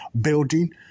building